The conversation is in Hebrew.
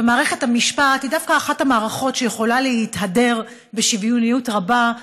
מערכת המשפט היא דווקא אחת המערכות שיכולה להתהדר בשוויוניות רבה.